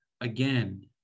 Again